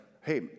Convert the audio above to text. hey